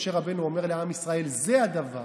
משה רבנו אומר לעם ישראל: זה הדבר.